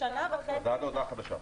זה עד להודעה חדשה.